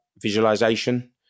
visualization